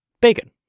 bacon